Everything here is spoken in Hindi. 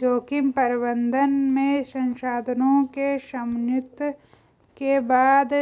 जोखिम प्रबंधन में संसाधनों के समन्वित के बाद